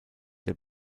der